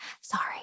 Sorry